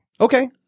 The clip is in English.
Okay